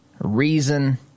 reason